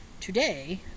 Today